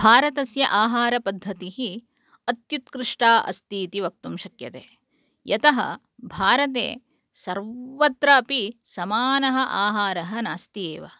भारतस्य आहारपद्धतिः अत्युत्कृष्टा अस्ति इति वक्तुं शक्यते यतः भरते सर्वत्रापि समानः आहारः नास्ति एव